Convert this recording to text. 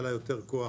היה לה יותר כוח